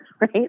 right